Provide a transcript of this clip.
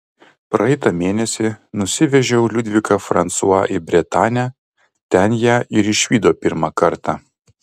praeitą mėnesį nusivežiau liudviką fransua į bretanę ten ją ir išvydo pirmą kartą